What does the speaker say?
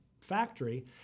factory